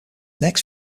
next